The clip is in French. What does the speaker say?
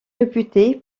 réputé